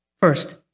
first